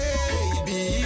Baby